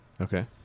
Okay